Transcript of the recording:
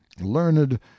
learned